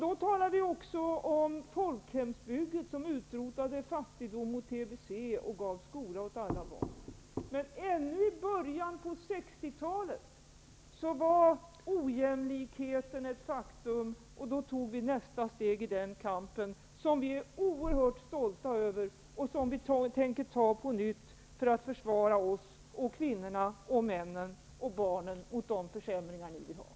Då talar vi också om folkhemsbygget som utrotade fattigdom och tbc och gav skola till alla barn. Men så sent som i början på 1960-talet var ojämlikheten ett faktum. Vi tog då nästa steg i den kamp som vi är oerhört stolta över och som vi tänker ta på nytt för att försvara oss, kvinnorna, männen och barnen mot de försämringar som ni vill göra.